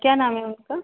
क्या नाम है उनका